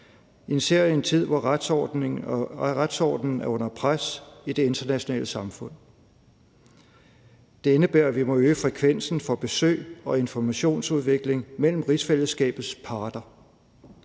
en særegen tid, hvor retsordenen er under pres i det internationale samfund. Det indebærer, at vi må øge frekvensen for besøg og informationsudveksling mellem rigsfællesskabets parter.